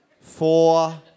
Four